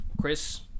Chris